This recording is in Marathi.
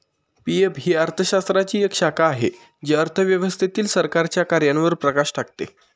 पी.एफ ही अर्थशास्त्राची एक शाखा आहे जी अर्थव्यवस्थेतील सरकारच्या कार्यांवर प्रकाश टाकते